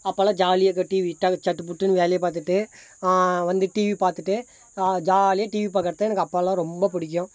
அப்போல்லாம் ஜாலியாக டிவிக்காக சட்டு புட்டுன்னு வேலையை பார்த்துட்டு வந்து டிவி பார்த்துட்டு ஜாலியாக டிவி பாக்கிறது தான் எனக்கு அப்போல்லாம் ரொம்ப பிடிக்கும்